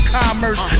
commerce